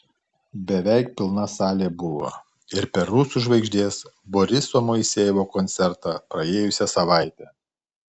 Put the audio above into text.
beveik pilna salė buvo ir per rusų žvaigždės boriso moisejevo koncertą praėjusią savaitę